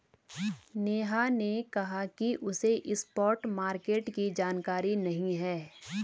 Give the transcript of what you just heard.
नेहा ने कहा कि उसे स्पॉट मार्केट की जानकारी नहीं है